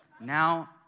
Now